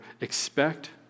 expect